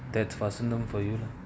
that's fast enough for you lah